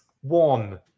One